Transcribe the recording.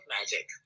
magic